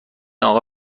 آقا